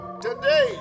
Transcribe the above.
Today